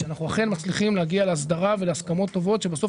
שאנחנו אכן מצליחים להגיע להסדרה ולהסכמות טובות שבסוף